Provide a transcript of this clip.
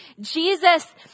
Jesus